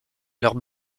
leurs